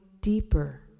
deeper